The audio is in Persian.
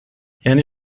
یعنی